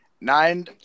Nine